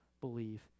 believe